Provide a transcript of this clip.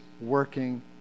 working